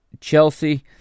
Chelsea